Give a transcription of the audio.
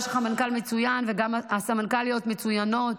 יש לך מנכ"ל מצוין וגם הסמנכ"ליות מצוינות.